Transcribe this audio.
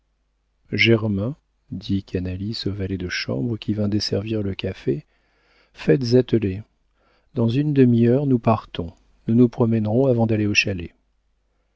germain dit canalis au valet de chambre qui vint desservir le café faites atteler dans une demi-heure nous partons nous nous promènerons avant d'aller au chalet